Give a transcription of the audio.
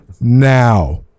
now